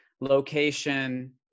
location